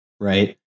right